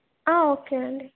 okay అండి